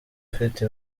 ufite